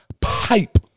pipe